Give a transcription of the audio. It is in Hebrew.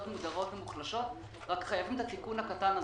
מודרות ומוחלשות אבל חייבים את התיקון הקטן הזה.